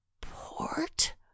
port